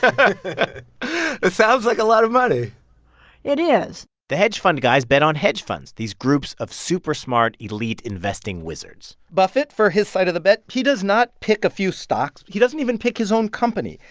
so it sounds like a lot of money it is the hedge fund guys bet on hedge funds these groups of super smart, elite investing wizards buffet for his side of the bet he does not pick a few stocks. he doesn't even pick his own company.